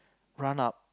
run up